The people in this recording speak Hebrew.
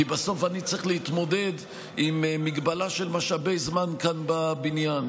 כי בסוף אני צריך להתמודד עם מגבלה של משאבי זמן כאן בבניין,